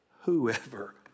whoever